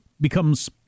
becomes